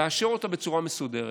לאשר אותה בצורה מסודרת,